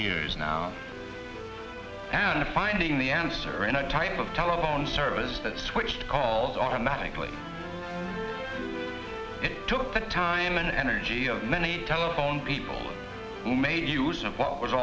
years now and finding the answer in a type of telephone service that switched calls automatically took the time and energy of many telephone people who made use of w